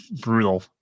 brutal